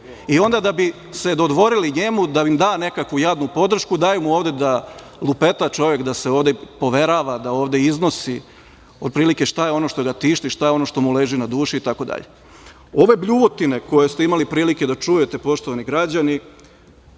I onda, da bi se dodvorili njemu da im da nekakvu jadnu podršku, daju mu ovde da lupeta čovek, da se ovde poverava, da ovde iznosi otprilike šta je ono što ga tišti, šta je ono što mu leži na duši, itd. Ove bljuvotine koje ste imali prilike da čujete, poštovani građani,